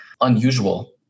unusual